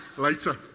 later